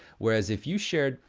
whereas if you shared,